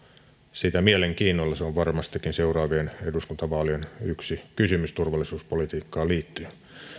sitä mielenkiinnolla se on varmastikin seuraavien eduskuntavaalien yksi kysymys turvallisuuspolitiikkaan liittyen